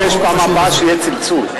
ואני מבקש שבפעם הבאה יהיה צלצול.